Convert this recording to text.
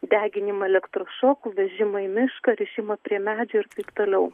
deginimą elektros šoku vežimą mišką rišimą prie medžių ir taip toliau